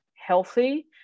Healthy